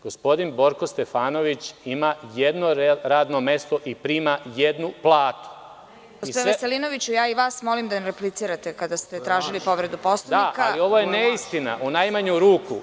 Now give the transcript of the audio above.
Gospodin Borko Stefanović ima jedno radno mesto i prima jednu platu. (Predsedavajuća, s mesta: Gospodine Veselinoviću, molim i vas da ne replicirate kada ste tražili povredu Poslovnika.) Da, ali ovo je neistina u najmanju ruku.